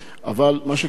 אבל מה שקרה כאן,